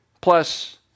plus